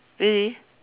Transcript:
really